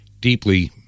deeply